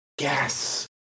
yes